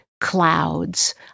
clouds